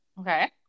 Okay